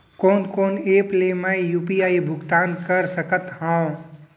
कोन कोन एप ले मैं यू.पी.आई भुगतान कर सकत हओं?